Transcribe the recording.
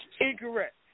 Incorrect